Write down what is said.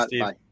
Bye